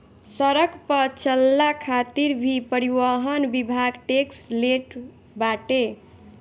सड़क पअ चलला खातिर भी परिवहन विभाग टेक्स लेट बाटे